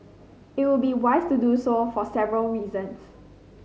it would be wise to do so for several reasons